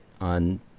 on